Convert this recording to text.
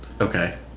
okay